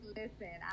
listen